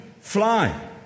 fly